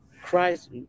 Christ